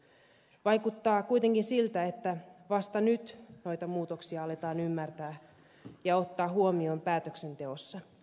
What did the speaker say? vaikuttaa kuitenkin siltä että vasta nyt noita muutoksia aletaan ymmärtää ja ottaa huomioon päätöksenteossa